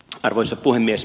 arvoisa puhemies